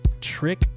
Trick